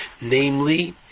Namely